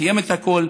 סיים את הכול,